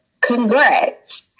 congrats